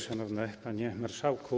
Szanowny Panie Marszałku!